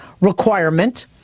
requirement